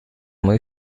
muy